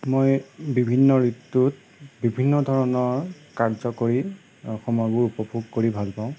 মই বিভিন্ন ঋতুত বিভিন্ন ধৰণৰ কাৰ্য কৰি সময়বোৰ উপভোগ কৰি ভাল পাওঁ